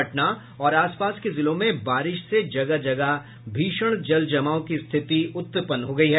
पटना और आस पास के जिलों में बारिश से जगह जगह भीषण जल जमाव की रिथति उत्पन्न हो गयी है